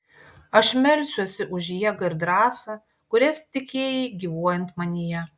aš melsiuosi už jėgą ir drąsą kurias tikėjai gyvuojant manyje